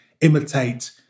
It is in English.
imitate